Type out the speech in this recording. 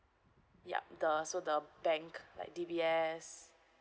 yup the so the bank like D_B_S